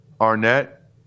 Arnett